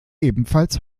ebenfalls